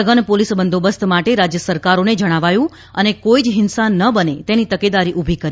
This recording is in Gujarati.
સઘન પોલીસ બંદોબસ્ત માટે રાજ્ય સરકારોને જણાવાયું અને કોઇ જ હીંસા ન બને તેની તકેદારી ઉભી કરી